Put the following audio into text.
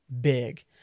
big